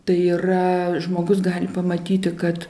tai yra žmogus gali pamatyti kad